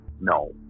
No